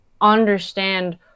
understand